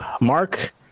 Mark